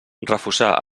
refusar